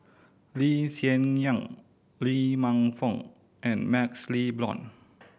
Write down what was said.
Lee Hsien Yang Lee Man Fong and MaxLe Blond